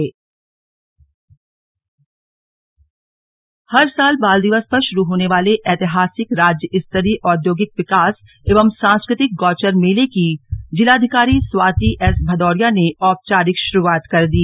गौचर मेला हर साल बाल दिवस पर शुरू होने वाले ऐतिहासिक राज्य स्तरीय औद्योगिक विकास एवं सांस्कृ तिक गौचर मेले की जिलाधिकारी स्वाति एस भदौरिया ने औपचारिक शुरूआत कर दी